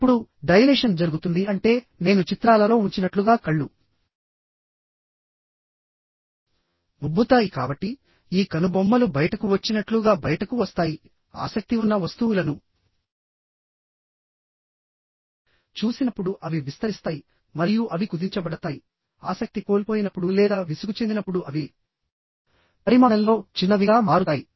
ఇప్పుడు డైలేషన్ జరుగుతుంది అంటే నేను చిత్రాలలో ఉంచినట్లుగా కళ్ళు ఉబ్బుతాయి కాబట్టి ఈ కనుబొమ్మలు బయటకు వచ్చినట్లుగా బయటకు వస్తాయి ఆసక్తి ఉన్న వస్తువులను చూసినప్పుడు అవి విస్తరిస్తాయి మరియు అవి కుదించబడతాయి ఆసక్తి కోల్పోయినప్పుడు లేదా విసుగు చెందినప్పుడు అవి పరిమాణంలో చిన్నవిగా మారుతాయి